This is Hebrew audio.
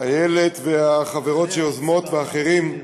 איילת והחברות שיוזמות ואחרים,